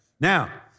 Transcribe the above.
Now